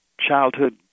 childhood